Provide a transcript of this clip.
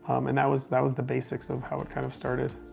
and that was that was the basics of how it kind of started.